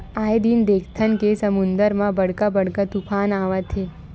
आए दिन देखथन के समुद्दर म बड़का बड़का तुफान आवत हे